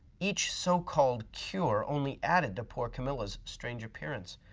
each so-called cure only added to poor camilla's strange appearance,